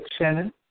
Shannon